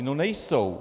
No nejsou.